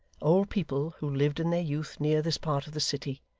old people who lived in their youth near this part of the city,